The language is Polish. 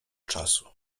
czasu